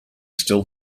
still